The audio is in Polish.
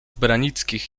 branickich